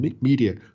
media